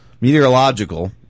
meteorological